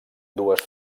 dues